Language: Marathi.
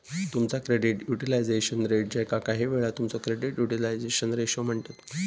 तुमचा क्रेडिट युटिलायझेशन रेट, ज्याका काहीवेळा तुमचो क्रेडिट युटिलायझेशन रेशो म्हणतत